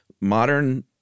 modern